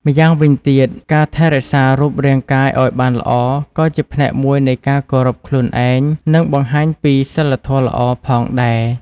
ម្យ៉ាងវិញទៀត ការថែរក្សារូបរាងកាយឱ្យបានល្អ ក៏ជាផ្នែកមួយនៃការគោរពខ្លួនឯង និងបង្ហាញពី សីលធម៌ល្អ ផងដែរ។